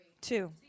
two